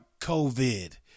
COVID